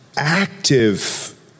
active